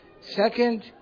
Second